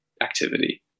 activity